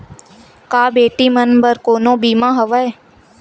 का बेटी मन बर कोनो बीमा हवय?